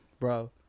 Bro